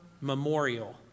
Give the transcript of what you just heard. memorial